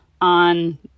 on